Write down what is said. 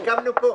שסיכמנו פה.